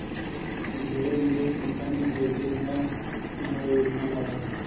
ढेरे निवेश कंपनी हइ जे नया नया योजना लावऽ हइ